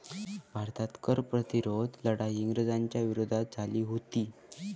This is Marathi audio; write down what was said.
भारतात पहिली कर प्रतिरोध लढाई इंग्रजांच्या विरोधात झाली हुती